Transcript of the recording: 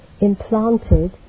implanted